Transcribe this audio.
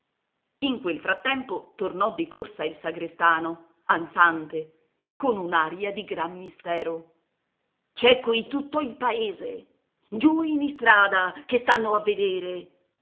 in quel frattempo tornò di corsa il sagrestano ansante con un'aria di gran mistero c'è qui tutto il paese giù in istrada che stanno a vedere